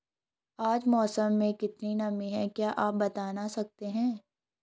आज मौसम में कितनी नमी है क्या आप बताना सकते हैं?